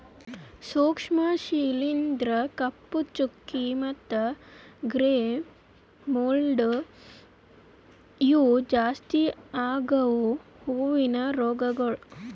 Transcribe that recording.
ಸೂಕ್ಷ್ಮ ಶಿಲೀಂಧ್ರ, ಕಪ್ಪು ಚುಕ್ಕಿ ಮತ್ತ ಗ್ರೇ ಮೋಲ್ಡ್ ಇವು ಜಾಸ್ತಿ ಆಗವು ಹೂವಿನ ರೋಗಗೊಳ್